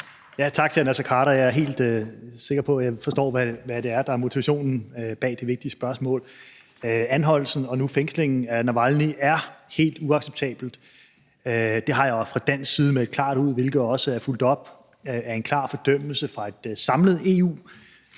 Jeg er helt sikker på, at jeg forstår, hvad det er, der er motivationen bag det vigtige spørgsmål. Anholdelsen og nu fængslingen af Navalnyj er helt uacceptabel. Det har jeg også fra dansk side meldt klart ud, hvilket også er fulgt op af en klar fordømmelse fra et samlet EU.